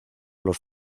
los